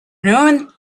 known